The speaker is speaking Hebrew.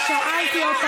אבל היא אומרת לך,